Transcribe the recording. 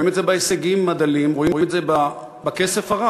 אנחנו רואים את זה בהישגים הדלים ורואים את זה בכסף הרב.